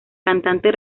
cantante